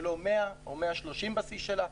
ולא 100 או 130 בשיא שלה.